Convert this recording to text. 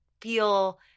feel